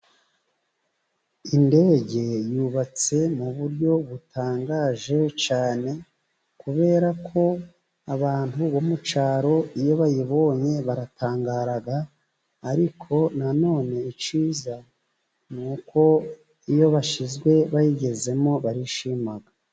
Indege yubatse mu buryo butangaje cyane, kubera ko abantu bo mu cyaro iyo bayibonye baratangara, ariko nanone icyiza, ni uko iyo bashizwe bayigezemo barishima.